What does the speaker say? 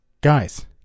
Guys